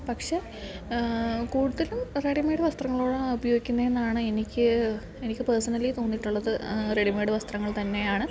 പക്ഷെ കൂടുതലും റെഡിമേയ്ഡ് വസ്ത്രങ്ങളാണ് ഉപയോഗിക്കുന്നത് എന്നാണ് എനിക്ക് എനിക്ക് പേസണലി തോന്നിയിട്ടുള്ളത് റെഡിമേയ്ഡ് വസ്ത്രങ്ങൾ തന്നെയാണ്